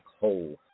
Hole